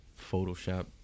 Photoshop